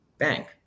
bank